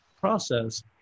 process